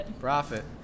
Profit